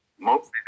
Mostly